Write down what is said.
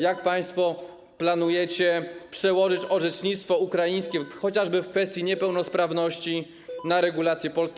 Jak państwo planujecie przełożyć orzecznictwo ukraińskie, chociażby w kwestii niepełnosprawności, na regulacje polskie?